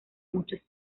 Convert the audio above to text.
muchos